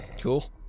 Cool